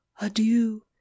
adieu